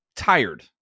tired